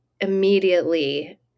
immediately